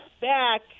back